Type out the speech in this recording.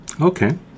Okay